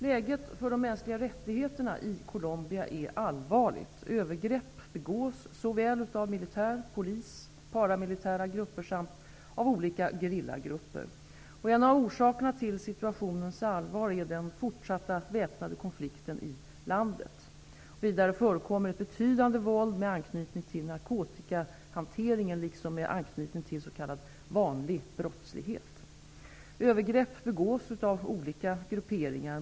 Läget för de mänskliga rättigheterna i Colombia är allvarligt. Övergrepp begås såväl av militär som av polis, paramilitära grupper och olika gerillagrupper. En av orsakerna till situationens allvar är den fortsatta väpnade konflikten i landet. Vidare förekommer ett betydande våld med anknytning till narkotikahanteringen, liksom med anknytning till så kallad vanlig brottslighet. Övergrepp begås av olika grupperingar.